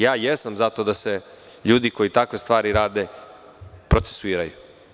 Jesam za to da se ljudi koji takve stvari rade procesuiraju.